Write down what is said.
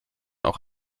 auch